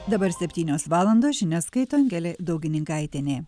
dabar septynios valandos žinias skaito angelė daugininkaitienė